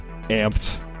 amped